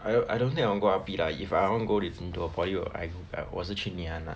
I don't I don't think I want go R_P lah if I want go into a poly where I I 我是去 ngee ann lah